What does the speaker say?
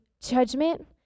judgment